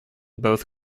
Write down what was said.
both